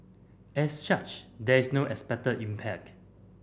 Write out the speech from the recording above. as such there is no expected impact